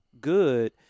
good